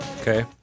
okay